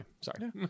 sorry